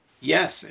Yes